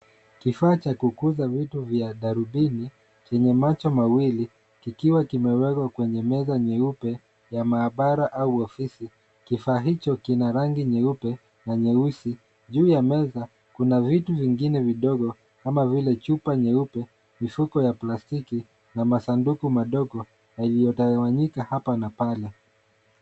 Kifaa cha kukuza vitu vya darubini, chenye macho mawili kikiwa kimewekwa kwenye meza nyeupe ya maabara au ofisi. Kifaa hicho kina rangi nyeupe na nyeusi. Juu ya meza kuna vitu vingine vidogo kama vile chupa nyeupe, mifuko ya plastiki na masanduku madogo yaliyotawanyika hapa na pale.